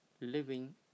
living